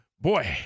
boy